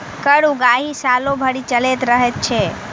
कर उगाही सालो भरि चलैत रहैत छै